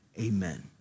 amen